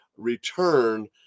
return